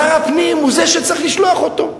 שר הפנים הוא שצריך לשלוח אותו.